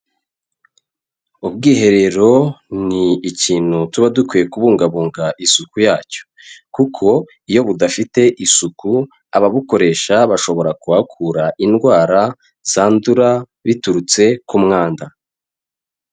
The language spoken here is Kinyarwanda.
Ubwiherero ni ikintu tuba dukwiye kubungabunga isuku yacyo, kuko iyo budafite isuku ababukoresha bashobora kuhakura indwara zandura biturutse ku mwanda.